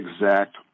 exact